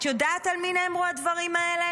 את יודעת על מי נאמרו הדברים האלה?